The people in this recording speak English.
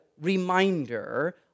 reminder